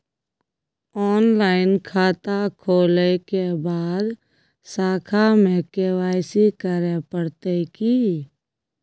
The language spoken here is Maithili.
ऑनलाइन खाता खोलै के बाद शाखा में के.वाई.सी करे परतै की?